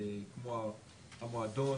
כמו המועדון